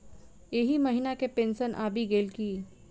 एहि महीना केँ पेंशन आबि गेल की